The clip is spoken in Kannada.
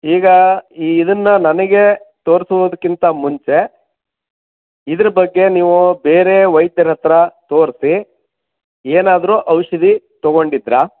ಈಗ ಇದನ್ನು ನನಗೆ ತೋರ್ಸುವುದಕ್ಕಿಂತ ಮುಂಚೆ ಇದರ ಬಗ್ಗೆ ನೀವು ಬೇರೆ ವೈದ್ಯರ ಹತ್ತಿರ ತೋರಿಸಿ ಏನಾದರೂ ಔಷಧಿ ತೊಗೊಂಡಿದ್ರಾ